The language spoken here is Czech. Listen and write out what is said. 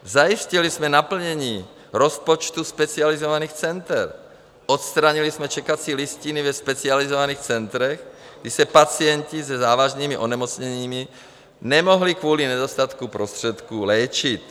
Zajistili jsme naplnění rozpočtu specializovaných center, odstranili jsme čekací listiny ve specializovaných centrech, kdy se pacienti se závažnými onemocněními nemohli kvůli nedostatku prostředků léčit.